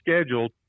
scheduled